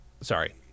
sorry